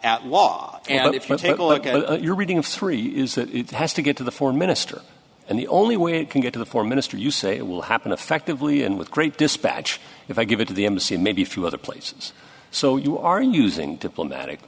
at your reading of three is that it has to get to the foreign minister and the only way it can get to the foreign minister you say it will happen effectively and with great dispatch if i give it to the embassy maybe a few other places so you are using diplomatic